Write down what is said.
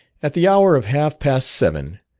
at the hour of half-past seven,